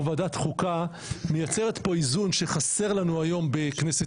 ועדת חוקה מייצרת פה איזון שחסר לנו היום בכנסת